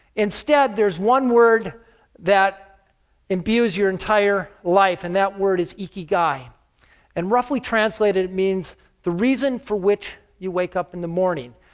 instead there is one word that imbues your entire life, and that word is ikigai. and, roughly translated, it means the reason for which you wake up in the morning.